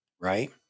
Right